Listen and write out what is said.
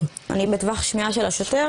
בטח לא בבכי,